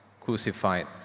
crucified